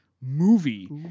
movie